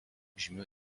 žymių